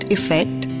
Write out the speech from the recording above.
Effect